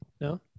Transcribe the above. No